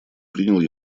принял